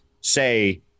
say